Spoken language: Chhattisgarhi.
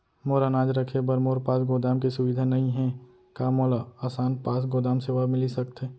मोर अनाज रखे बर मोर पास गोदाम के सुविधा नई हे का मोला आसान पास गोदाम सेवा मिलिस सकथे?